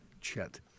Chet